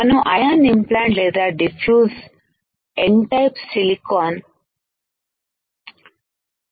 మనము ion implant లేదా diffuse N type silicon silicon